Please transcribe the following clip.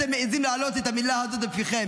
תמשיך, תמשיך.